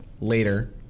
later